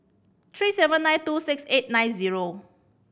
three seven nine two six eight nine zero